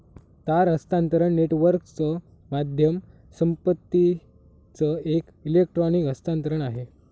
तार हस्तांतरण नेटवर्कच माध्यम संपत्तीचं एक इलेक्ट्रॉनिक हस्तांतरण आहे